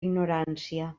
ignorància